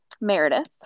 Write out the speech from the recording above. Meredith